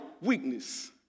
weakness